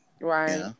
Right